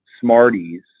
smarties